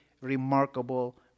remarkable